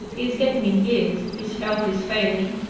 he is getting in years, his health is failing,